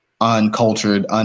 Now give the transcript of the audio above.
uncultured